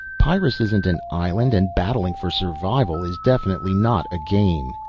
pyrrus isn't an island and battling for survival is definitely not a game.